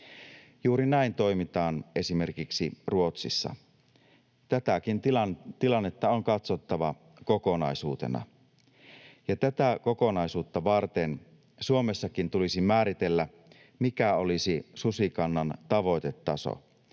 Juuri näin toimitaan esimerkiksi Ruotsissa. Tätäkin tilannetta on katsottava kokonaisuutena, ja tätä kokonaisuutta varten Suomessakin tulisi määritellä, mikä olisi susikannan tavoitetaso.